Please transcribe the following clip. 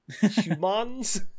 humans